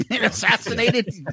assassinated